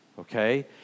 okay